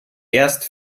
erst